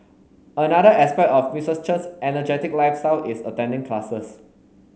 another aspect of Mistress Chen's energetic lifestyle is attending classes